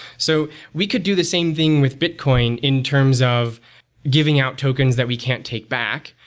so we could do the same thing with bitcoin in terms of giving out tokens that we can't take back,